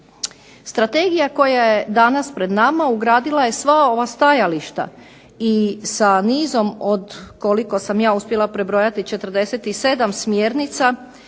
Strategija koja je danas pred nama ugradila je sva ova stajališta i sa nizom od, koliko sam ja uspjela prebrojati, 47 smjernica